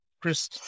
Chris